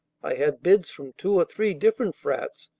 i had bids from two or three different frats,